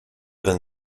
than